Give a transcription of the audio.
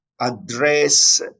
address